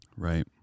Right